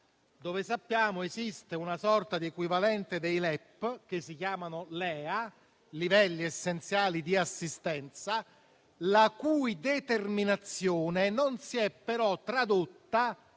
dove sappiamo che esiste una sorta di equivalente dei LEP, ossia i livelli essenziali di assistenza (LEA), la cui determinazione non si è però tradotta,